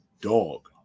dog